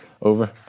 Over